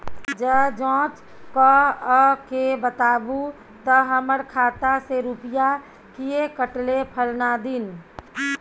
ज जॉंच कअ के बताबू त हमर खाता से रुपिया किये कटले फलना दिन?